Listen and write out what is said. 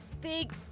big